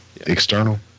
external